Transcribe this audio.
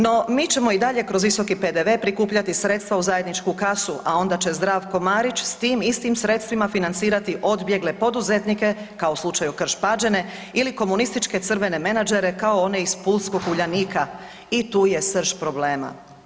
No, mi ćemo i dalje kroz visoki PDV prikupljati sredstva u zajedničku kasu, a onda će Zdravko Marić s tim istim sredstvima financirati odbjegle poduzetnike, kao u slučaju Krš-Pađene ili komunističke crvene menadžere kao one iz Pulskog uljanika i tu je srž problema.